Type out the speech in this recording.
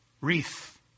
wreath